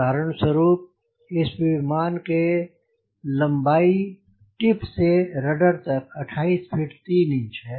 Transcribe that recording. उदाहरण स्वरूप इस विमान की लम्बाई टिप से रडर तक 28 फ़ीट 3 इंच है